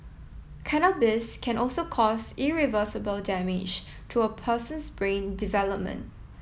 cannabis can also cause irreversible damage to a person's brain development